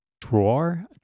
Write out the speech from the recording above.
drawer